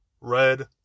red